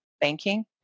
banking